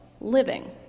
living